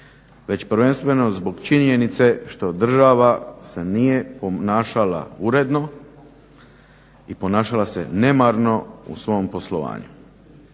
već prvenstveno zbog činjenice što država se nije ponašala uredno i ponašala se nemarno u svom poslovanju.